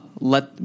let